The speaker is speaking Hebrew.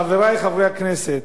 חברי חברי הכנסת,